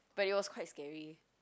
but it was quite scary